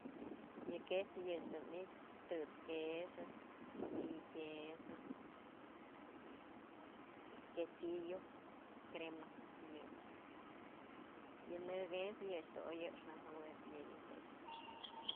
Yë queso yëch dun i'ixë tët's queso, ni'iy quieso, quesillo, crema, yëyë, yë në yëch dun oy jëxnë nëjuëb yëyë tukyë.